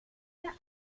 peter